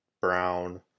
Brown